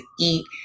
eat